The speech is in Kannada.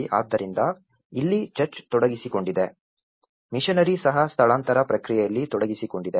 ಆದ್ದರಿಂದ ಇಲ್ಲಿ ಚರ್ಚ್ ತೊಡಗಿಸಿಕೊಂಡಿದೆ ಮಿಷನರಿ ಸಹ ಸ್ಥಳಾಂತರ ಪ್ರಕ್ರಿಯೆಯಲ್ಲಿ ತೊಡಗಿಸಿಕೊಂಡಿದೆ